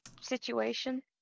situation